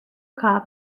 car